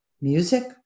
music